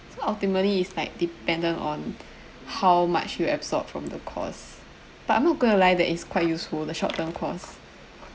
so ultimately it's like dependent on how much you absorb from the course but I'm not gonna lie that it's quite useful the short term course